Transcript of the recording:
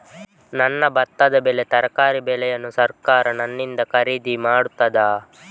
ನನ್ನ ಭತ್ತದ ಬೆಳೆ, ತರಕಾರಿ ಬೆಳೆಯನ್ನು ಸರಕಾರ ನನ್ನಿಂದ ಖರೀದಿ ಮಾಡುತ್ತದಾ?